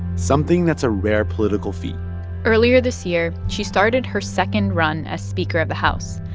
something that's a rare political feat earlier this year, she started her second run as speaker of the house,